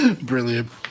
Brilliant